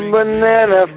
Banana